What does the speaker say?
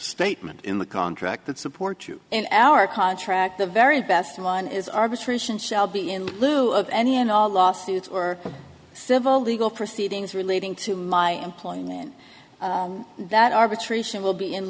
statement in the contract that supports you in our contract the very best one is arbitration shall be in lieu of any and all lawsuits or civil legal proceedings relating to my employment that arbitration will be in